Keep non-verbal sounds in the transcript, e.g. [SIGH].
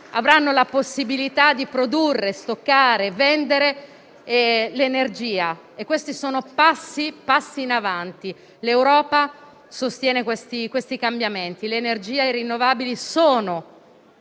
avranno la possibilità di produrre, stoccare e vendere l'energia. [APPLAUSE] Questi sono passi in avanti. L'Europa sostiene questi cambiamenti. Le energie rinnovabili sono